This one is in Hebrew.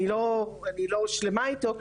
אני לא שלמה איתו,